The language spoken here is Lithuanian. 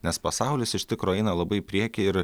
nes pasaulis iš tikro eina labai į priekį ir